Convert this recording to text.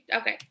Okay